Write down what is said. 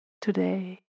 today